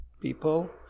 people